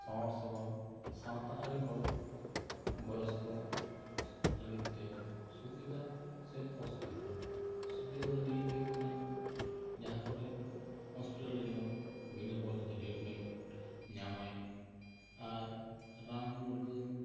ᱥᱟᱶᱟᱨ ᱥᱮᱵᱟ ᱥᱟᱶᱛᱟ ᱟᱹᱨᱤ ᱜᱚᱲᱚ ᱵᱟᱹᱥ ᱠᱚ ᱞᱟᱹᱜᱤᱫ ᱛᱮ ᱥᱩᱵᱤᱫᱟ ᱥᱮ ᱚᱥᱩᱵᱤᱫᱟ ᱥᱩᱵᱤᱫᱟ ᱫᱚ ᱱᱤᱭᱟᱹ ᱜᱮ ᱦᱩᱭᱩᱜ ᱠᱟᱱᱟ ᱡᱟᱦᱟᱸ ᱠᱚᱨᱮ ᱦᱚᱥᱯᱤᱴᱟᱞ ᱨᱮ ᱡᱮᱢᱚᱱ ᱵᱤᱱᱟᱹ ᱯᱚᱭᱥᱟ ᱛᱮ ᱴᱨᱤᱴᱢᱮᱱᱴ ᱧᱟᱢᱟᱭ ᱥᱮ ᱨᱟᱱ ᱢᱩᱨᱜᱟᱹᱱ